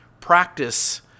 practice